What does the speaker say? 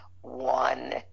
one